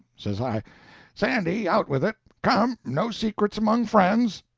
says i sandy, out with it. come no secrets among friends.